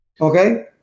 Okay